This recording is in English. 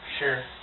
Sure